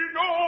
no